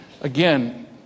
Again